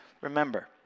remember